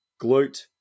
glute